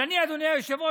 אבל אדוני היושב-ראש,